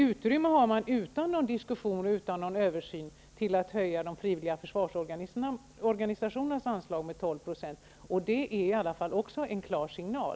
Utan någon diskussion och översyn har man utrymmme att höja de frivilliga försvarsorganisationernas anslag med 12 %. Det är också en klar signal.